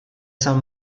san